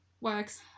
works